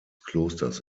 klosters